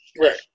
Right